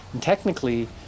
technically